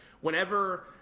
whenever –